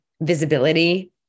visibility